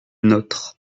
nôtres